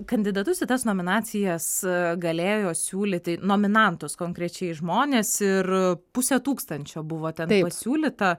kandidatus į tas nominacijas galėjo siūlyti nominantus konkrečiai žmonės ir pusė tūkstančio buvo ten pasiūlyta